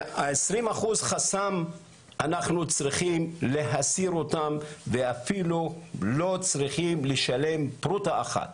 20% זה חסם אנחנו צריכים להסיר ואפילו לא צריכים לשלם פרוטה אחת.